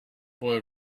boy